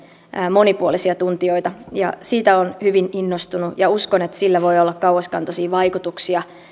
monipuolisia tuntijoita ja siitä olen hyvin innostunut ja uskon että sillä voi olla kauaskantoisia vaikutuksia